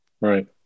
Right